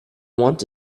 want